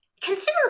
consider